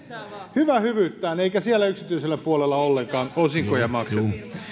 hyvää hyvyyttään eikä siellä yksityisellä puolella ollenkaan osinkoja makseta